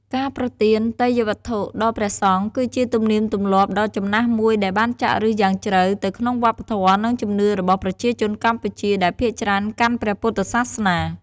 ការប្រគេនទេយ្យវត្ថុដល់ព្រះសង្ឃ គឺជាទំនៀមទម្លាប់ដ៏ចំណាស់មួយដែលបានចាក់ឫសយ៉ាងជ្រៅទៅក្នុងវប្បធម៌ និងជំនឿរបស់ប្រជាជនកម្ពុជា ដែលភាគច្រើនកាន់ព្រះពុទ្ធសាសនា។